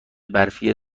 برفی